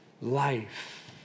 life